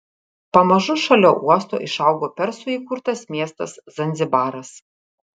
pamažu šalia uosto išaugo persų įkurtas miestas zanzibaras